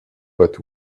but